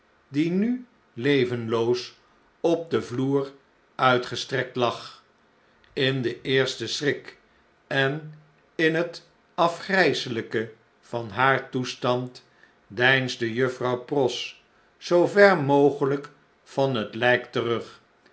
die nu levenloos op den vloer uitgestrekt lag in den eersten schrik en in het afgrjjselpe van haar toestand deinsde juffrouw pross zoo ver mogelijk van het lijk terug